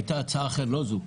הייתה הצעה אחרת, לא זו,